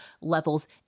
levels